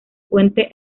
puente